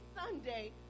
Sunday